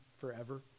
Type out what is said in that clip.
forever